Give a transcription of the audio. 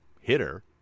hitter